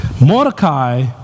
Mordecai